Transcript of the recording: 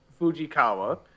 Fujikawa